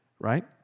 Right